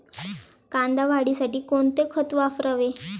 कांदा वाढीसाठी कोणते खत वापरावे?